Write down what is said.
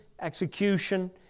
execution